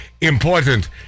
important